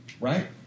right